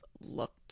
looked